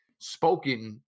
spoken